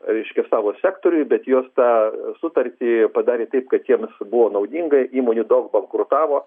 reiškia savo sektoriui bet jos tą sutartį padarė taip kad jiems buvo naudinga įmonių daug bankrutavo